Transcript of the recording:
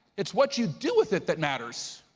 it's what you do with it that matters.